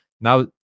now